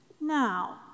Now